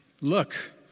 Look